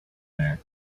there